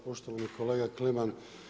Poštovani kolega Kliman.